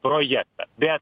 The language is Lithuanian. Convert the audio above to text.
projektą bet